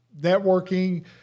networking